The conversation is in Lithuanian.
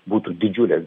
būtų didžiulės